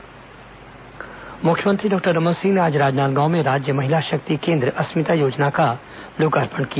मुख्यमंत्री राजनांदगांव मुख्यमंत्री डॉक्टर रमन सिंह ने आज राजनांदगांव में राज्य महिला शक्ति केंद्र अस्मिता योजना का लोकार्पण किया